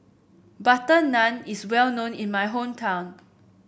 butter naan is well known in my hometown